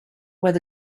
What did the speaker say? where